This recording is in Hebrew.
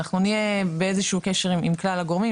אנחנו נהיה באיזה שהוא קשר עם כלל הגורמים,